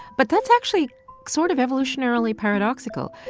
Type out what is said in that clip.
but that's actually sort of evolutionarily paradoxical.